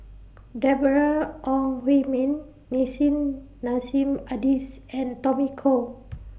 Deborah Ong Hui Min Nissim Nassim Adis and Tommy Koh